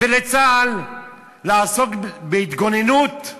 ולצה"ל לעסוק בהתגוננות,